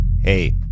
Hey